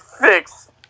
fix